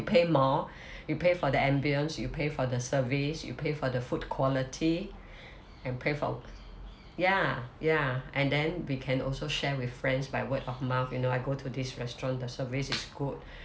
pay more you pay for the ambiance you pay for the service you pay for the food quality and pay for ya ya and then we can also share with friends by word of mouth you know I go to this restaurant the service is good